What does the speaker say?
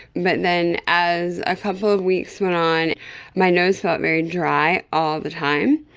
but then as a couple of weeks went on my nose felt very dry, all the time,